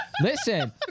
Listen